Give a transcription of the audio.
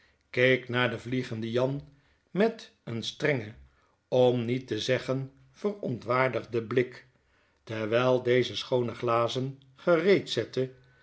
keek naar den vliegenden jan met een strengen om niet te zeggen verontwaardigden blik terwyl deze schoone glazen gereed